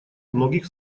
многих